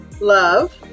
Love